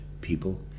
people